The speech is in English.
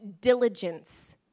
diligence